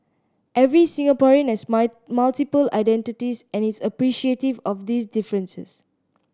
every Singaporean has my multiple identities and is appreciative of these differences